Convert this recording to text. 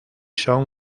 son